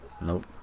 Nope